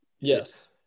Yes